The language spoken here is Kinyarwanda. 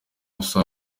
afsa